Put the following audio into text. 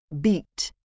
Beat